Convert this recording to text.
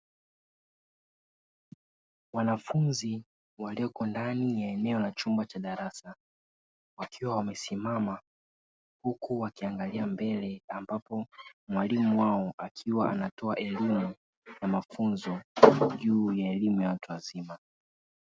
Wanafunzi walioko ndani ya eneo la chumba cha darasa wakiwa wamesimama, huku wakiangalia mbele ambapo mwalimu wao akiwa anatoa elimu na mafunzo juu ya elimu ya watu wazima.